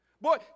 Boy